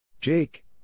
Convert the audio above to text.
Jake